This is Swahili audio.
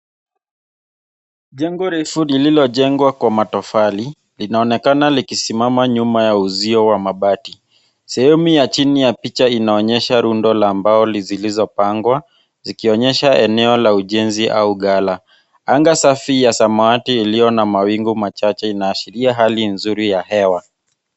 Jengo refu lililojengwa kwa matofali, linaonekana likisimama nyuma ya uzio wa mabati. Sehemu ya chini ya picha inaonyesha rundo la mbao, zilizopangwa zikionyesha eneo la ujenzi au gala. Anga safi ya samawati iliyo na mawingu machache inaashiria hali nzuri ya hewa.